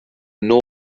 nôl